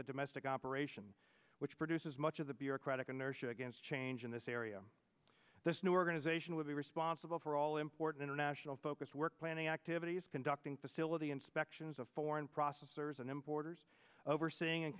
the domestic operation which produces much of the bureaucratic inertia against change in this area this new organization will be responsible for all important international focus work planning activities conducting facility inspections of foreign processors and importers overseeing and